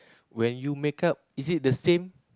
when you makeup is it the same